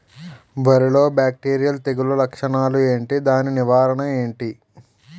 వరి లో బ్యాక్టీరియల్ తెగులు లక్షణాలు ఏంటి? దాని నివారణ ఏంటి?